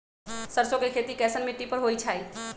सरसों के खेती कैसन मिट्टी पर होई छाई?